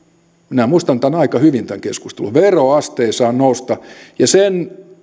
minä muistan tämän keskustelun aika hyvin veroaste ei saa nousta ja sen